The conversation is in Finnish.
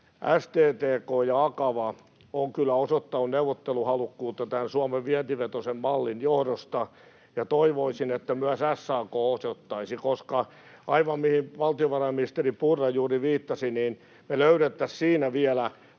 STTK ja Akava ovat kyllä osoittaneet neuvotteluhalukkuutta tämän Suomen vientivetoisen mallin johdosta, ja toivoisin, että myös SAK osoittaisi, koska aivan kuten valtiovarainministeri Purra juuri viittasi, me löydettäisiin siinä vielä